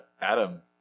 Adam